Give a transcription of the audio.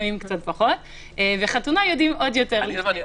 וחתונה יודעים עוד יותר.